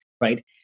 right